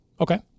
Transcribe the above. Okay